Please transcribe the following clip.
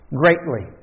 greatly